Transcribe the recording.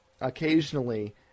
occasionally